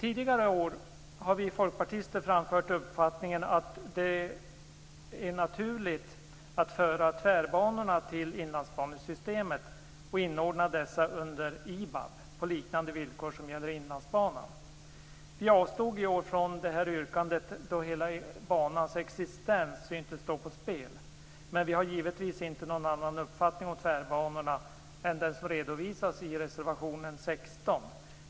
Tidigare i år har vi folkpartister framfört uppfattningen att det är naturligt att föra tvärbanorna till Inlandsbanesystemet och inordna dessa under IBAB på liknande villkor som gäller för Inlandsbanan.